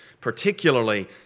particularly